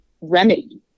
remedy